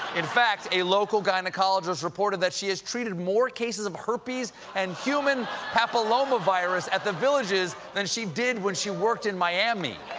in fact, a local gynecologist reported that she treated more cases of herpes and human papilloma-virus at the villages than she did when she worked in miami.